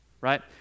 right